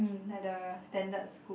like the standard scoop